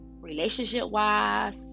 relationship-wise